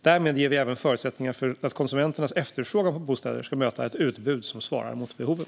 Därmed ger vi även förutsättningar för att konsumenternas efterfrågan på bostäder ska möta ett utbud som svarar mot behoven.